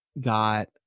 got